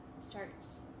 starts